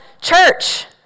church